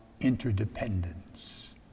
interdependence